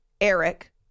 Eric